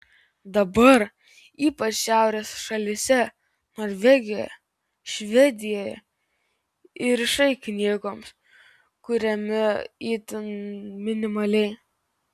dabar ypač šiaurės šalyse norvegijoje švedijoje įrišai knygoms kuriami itin minimaliai